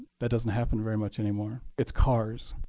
that doesn't happen very much anymore. it's cars.